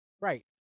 Right